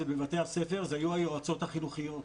בבתי הספר זה היו היועצות החינוכיות.